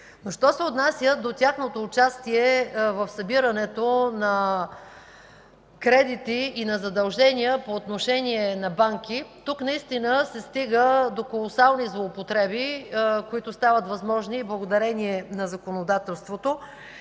Що се отнася до тяхното участие в събирането на кредити и задължения по отношение на банки, тук наистина се стига до колосални злоупотреби, които стават възможни благодарение на законодателството